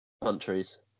countries